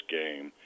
game